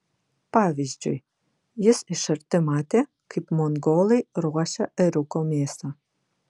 pavyzdžiui jis iš arti matė kaip mongolai ruošia ėriuko mėsą